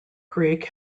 greek